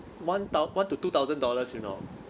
one thou~ one to two thousand dollars you know